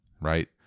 right